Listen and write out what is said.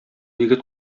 егет